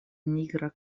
nigra